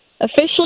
Officially